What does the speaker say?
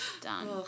done